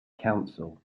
council